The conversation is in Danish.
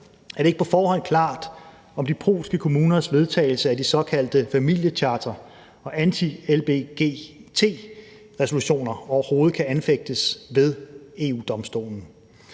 er det ikke på forhånd klart, om de polske kommuners vedtagelse af de såkaldte familiechartre og anti-lgbt-resolutioner overhovedet kan anfægtes ved EU-Domstolen.